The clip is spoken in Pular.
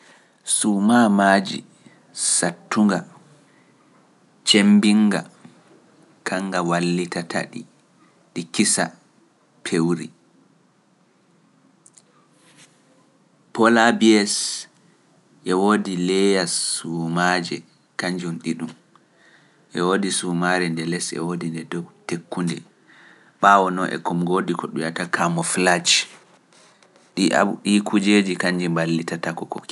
Suuma maaji sattunga, cembinga, kannga wallitata ɗi, ɗi kisa pewri. Poolaabiyes e woodi leeya suumaaje, e woodi suumaare nde les e woodi nde dow tekkunde, ɓaawo no e kumngoodi ko ɗum wi’ata camouflage, ɗi kujeeji kañji mballitata ko kukii.